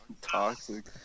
toxic